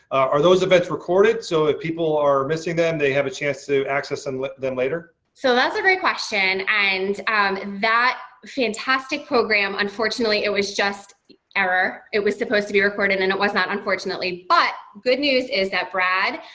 are those events record, so if people are missing them they have a chance to access and them later? so, that's a great question, and um, and that fantastic program, unfortunately, it was just error. it was supposed to be recorded and it was not, unfortunately. but, good news is that brad,